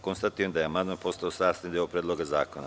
Konstatujem da je amandman postao sastavni deo Predloga zakona.